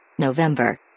November